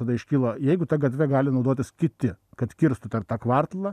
tada iškiyla jeigu ta gatve gali naudotis kiti kad kirstų ten tą kvartalą